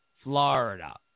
Florida